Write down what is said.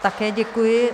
Také děkuji.